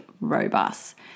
robust